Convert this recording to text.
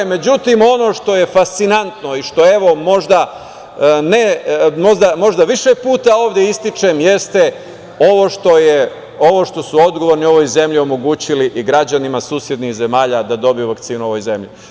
Međutim, ono što je fascinantno i što evo možda više puta ovde ističem jeste ovo što su odgovorni u ovoj zemlji omogućili i građanima susednih zemalja da dobiju vakcinu u ovoj zemlji.